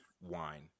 wine